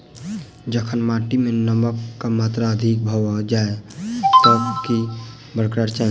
जखन माटि मे नमक कऽ मात्रा अधिक भऽ जाय तऽ की करबाक चाहि?